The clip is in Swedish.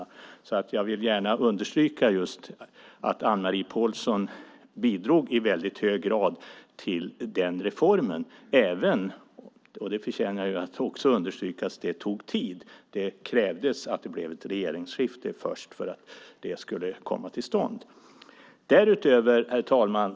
Jag vill gärna understryka att Anne-Marie Pålsson bidrog i väldigt hög grad till den reformen, även om det tog tid, vilket också förtjänar att understrykas. Det krävdes att det blev ett regeringsskifte först för att det skulle komma till stånd. Herr talman!